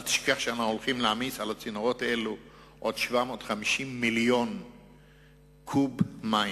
אל תשכח שהולכים להעמיס על הצינורות האלו עוד 750 מיליון קוב מים.